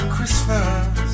Christmas